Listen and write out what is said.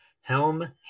Helm